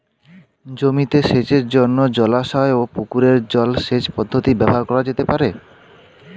জমিতে সেচের জন্য জলাশয় ও পুকুরের জল সেচ পদ্ধতি ব্যবহার করা যেতে পারে?